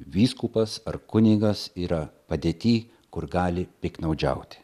vyskupas ar kunigas yra padėty kur gali piktnaudžiauti